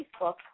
Facebook